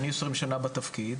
אני 20 שנה בתפקיד,